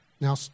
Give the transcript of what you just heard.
Now